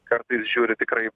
kartais žiūri tikrai